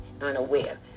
unaware